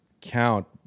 count